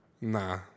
Nah